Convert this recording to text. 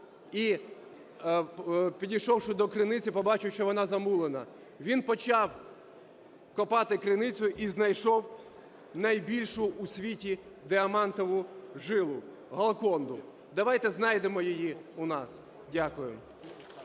і підійшовши до криниці, побачив, що вона замулена. Він почав копати криницю і знайшов найбільшу у світі діамантову жилу – Голконду. Давайте знайдемо її у нас. Дякую.